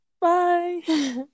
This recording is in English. Bye